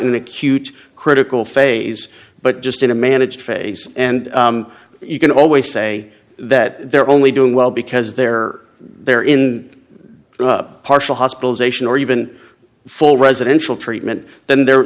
an acute critical phase but just in a managed phase and you can always say that they're only doing well because they're there in partial hospitalization or even for residential treatment then there